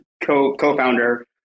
co-founder